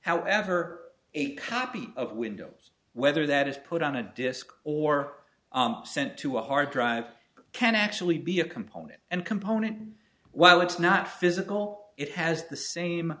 however a copy of windows whether that is put on a disk or sent to a hard drive can actually be a component and component while it's not physical it has the same